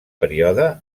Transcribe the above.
període